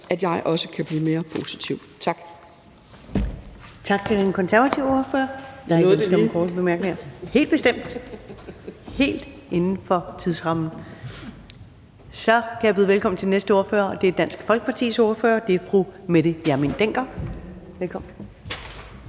at jeg også kan blive mere positiv. Tak.